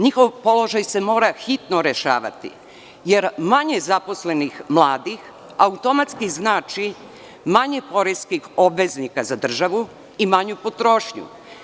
Njihov položaj se mora hitno rešavati, jer manje zaposlenih mladih automatski znači manje poreskih obveznika za državu i manju potrošnju.